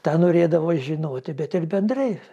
tą norėdavo žinoti bet ir bendrai